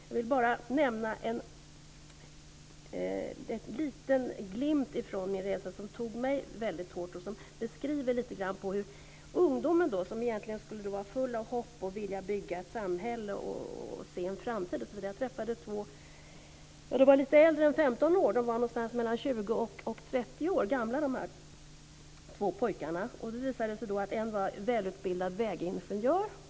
Jag vill bara ge en liten glimt från min resa som tog mig väldigt hårt och som beskriver lite grann hur ungdomen egentligen skulle vara full av hopp och vilja att bygga ett samhälle och se en framtid. Jag träffade två pojkar som var mellan 20 och 30 år gamla. Det visade sig att en var välutbildad vägingenjör.